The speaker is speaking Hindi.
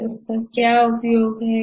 इसका क्या उपयोग होगा